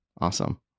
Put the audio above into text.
Awesome